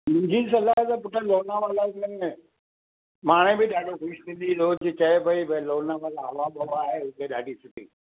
मुंहिंजी सलाह त पुटु लोनावला में ई आहे माणे बि ॾाढो ख़ुशि थींदी रोज़ु चए पई बई लोनावला हवा ॿवा आहे उते ॾाढी सुठी